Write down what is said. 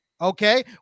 okay